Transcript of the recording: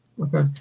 Okay